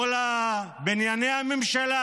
מול בנייני הממשלה,